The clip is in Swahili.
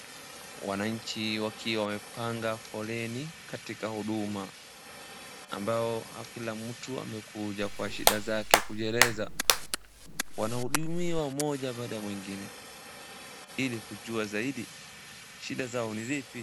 Wananchi wakiwa wamepanga foleni katika huduma ambayo kila mtu amekuja kwa shida zake kujieleza. Wanahudumiwa mmoja baada ya mwingine ilikujua zaidi shida zao ni zipi.